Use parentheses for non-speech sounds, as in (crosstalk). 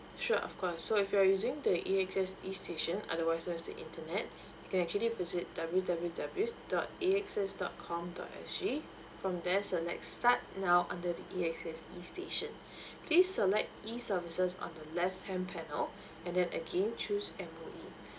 sure of course so if you're using the A_X_S E station otherwises the internet (breath) you can actually visit W W W dot A X S dot com dot S G from there select start now under the A_X_S E station (breath) please select E services on the left hand panel and then again choose M_O_E